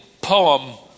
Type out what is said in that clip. poem